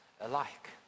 alike